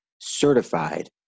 certified